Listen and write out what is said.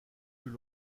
plus